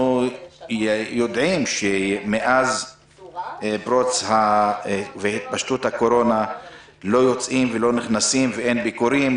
יודעים שמאז פרוץ והתפשטות הקורונה לא נכנסים ולא יוצאים ואין ביקורים,